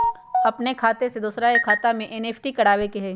अपन खाते से दूसरा के खाता में एन.ई.एफ.टी करवावे के हई?